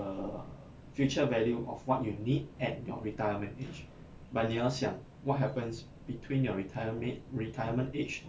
err future value of what you need at your retirement age but 你要想 what happens between your retirement retirement age